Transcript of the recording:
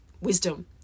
wisdom